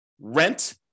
rent